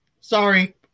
sorry